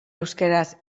euskaraz